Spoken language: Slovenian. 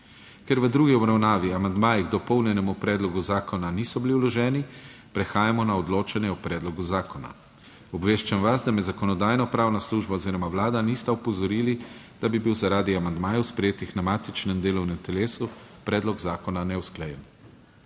Ker v drugi obravnavi amandmaji k dopolnjenemu predlogu zakona niso bili vloženi, prehajamo na odločanje o predlogu zakona. Obveščam vas, da me Zakonodajno-pravna služba oziroma Vlada nista opozorili, da bi bil zaradi amandmajev sprejetih na matičnem delovnem telesu predlog zakona neusklajen.